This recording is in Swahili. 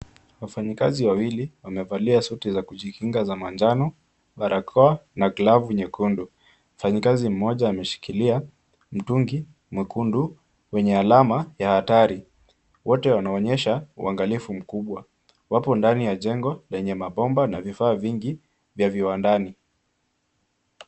Wafanyikazi wawili wamevalia suti za kujikinga za manjano, barakoa na glavu nyekundu. Mfanyikazi mmoja ameshikilia mtungi mwekundu wenye alama ya hatari. Wote wanaonyesha uangalifu mkubwa. Wapo ndani ya jengo lenye mabomba na vifaa vingi vya viwandani.